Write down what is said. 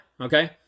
okay